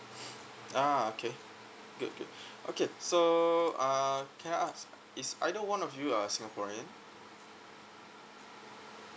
ah okay good good okay so uh can I ask is either one of you a singaporean